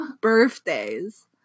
birthdays